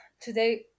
today